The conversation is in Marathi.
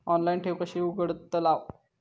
ऑनलाइन ठेव कशी उघडतलाव?